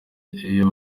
iyo